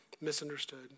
Misunderstood